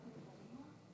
20 דקות.